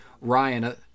Ryan